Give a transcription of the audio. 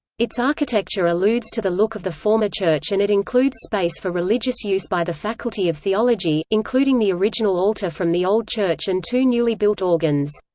its architecture alludes to the look of the former church and it includes space for religious use by the faculty of theology, including the original altar from the old church and two newly built organs.